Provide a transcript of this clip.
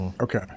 Okay